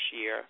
year